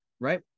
right